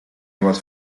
was